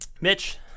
Mitch